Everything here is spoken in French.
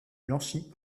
blanchie